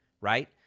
right